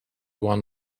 one